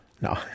no